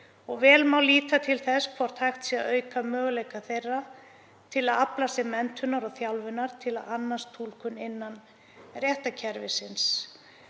og vel má líta til þess hvort hægt sé að auka möguleika þeirra til að afla sér menntunar og þjálfunar til að annast túlkun innan réttarkerfisins.